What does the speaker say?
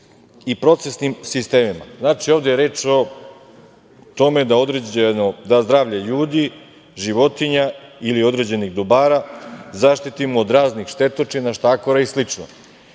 i procesnim sistemima. Znači, ovde je reč o tome da zdravlje ljudi, životinja ili određenih dobara zaštitimo od raznih štetočina, štakora i